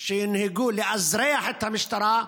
לאזרח את המשטרה,